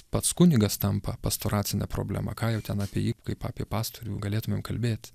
pats kunigas tampa pastoracine problema ką jau ten apie jį kaip apie pastorių galėtumėm kalbėti